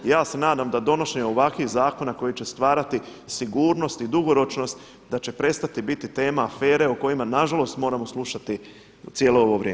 I ja se nadam da donošenje ovakvih zakona koji će stvarati sigurnost i dugoročnost da će prestati biti tema afere o kojima nažalost moramo slušati cijelo ovo vrijeme.